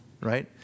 right